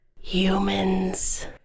Humans